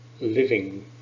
living